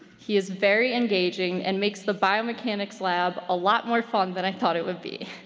he is very engaging and makes the biomechanics lab a lot more fun than i thought it would be.